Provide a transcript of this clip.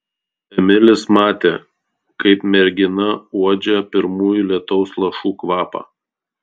emilis matė kaip mergina uodžia pirmųjų lietaus lašų kvapą